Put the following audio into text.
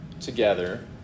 together